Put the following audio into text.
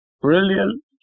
brilliant